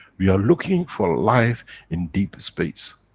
we are looking for life in deep space,